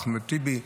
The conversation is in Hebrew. אחמד טיבי ועוד,